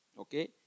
Okay